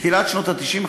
תחילת שנות ה-90,